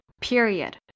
period